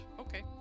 Okay